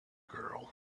girl